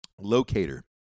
locator